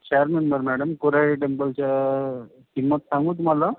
चार member madam Koradi टेम्पलचा किंमत सांगू तुम्हाला